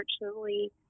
unfortunately